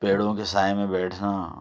پیڑوں کے سائے میں بیٹھنا